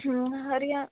ਹਮ ਹਰੀਆਂ